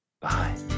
bye